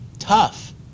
tough